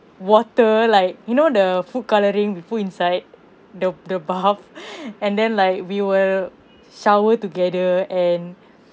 water like you know the food colouring we put inside the the bath and then like we will shower together and